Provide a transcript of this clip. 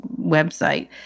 website